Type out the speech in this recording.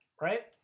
Right